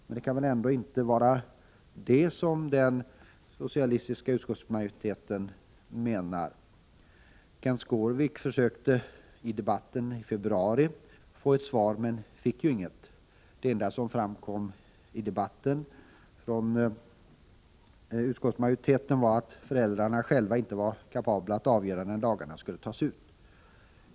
Men det kan väl ändå inte vara det som den socialistiska utskottsmajoriteten menar. Kenth Skårvik försökte i debatten i februari få ett svar på detta men fick inget. Det enda som framkom i den debatten från utskottsmajoriteten var att föräldrarna själva inte var kapabla att avgöra när dagarna skall tas ut.